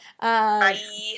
Bye